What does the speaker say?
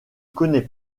connaît